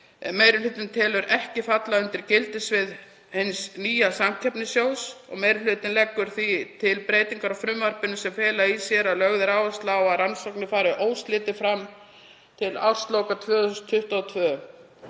meiri hlutinn telur ekki falla undir gildissvið hins nýja samkeppnissjóðs. Meiri hlutinn leggur því til breytingar á frumvarpinu sem fela í sér að lögð er áhersla á að rannsóknirnar fari óslitið fram til ársloka 2022